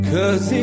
Cause